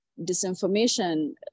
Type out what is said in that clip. disinformation